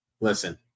listen